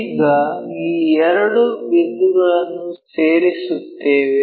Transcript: ಈಗ ಈ ಎರಡು ಬಿಂದುಗಳನ್ನು ಸೇರಿಸುತ್ತೇವೆ